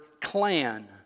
clan